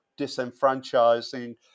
disenfranchising